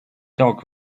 dog